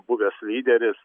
buvęs lyderis